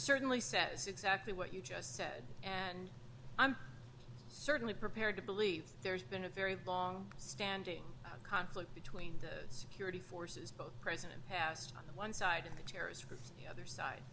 certainly says exactly what you just said and i'm certainly prepared to believe there's been a very long standing conflict between the security forces both president passed on one side and the terrorists or the other side